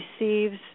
receives